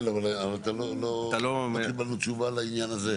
כן, אבל אתה לא נותן לנו תשובה לעניין הזה.